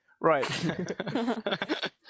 right